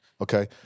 Okay